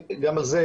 גם על זה,